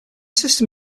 system